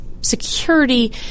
security